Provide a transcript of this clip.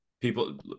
people